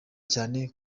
cyane